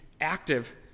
active